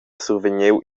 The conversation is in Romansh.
survegniu